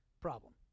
problem